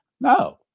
No